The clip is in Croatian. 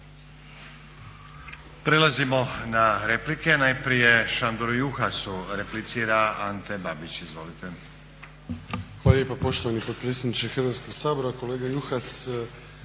Prelazimo na replike. Najprije Šandoru Juhasu replicira Ante Babić. Izvolite. **Babić, Ante (HDZ)** Hvala lijepa poštovani potpredsjedniče Hrvatskog sabora. Kolega Juhas,